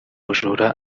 bujura